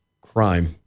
crime